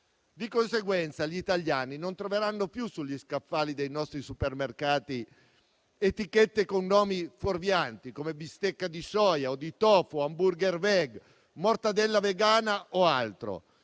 Di conseguenza, gli italiani non troveranno più sugli scaffali dei nostri supermercati etichette con nomi fuorvianti, come bistecca di soia o di *tofu*, *hamburger veg*, mortadella vegana o altro.